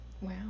Wow